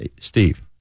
Steve